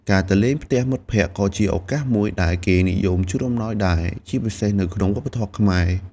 ការទៅលេងផ្ទះមិត្តភក្តិក៏ជាឱកាសមួយដែលគេនិយមជូនអំណោយដែរ ជាពិសេសនៅក្នុងវប្បធម៌ខ្មែរ។